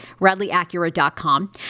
radleyacura.com